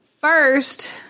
First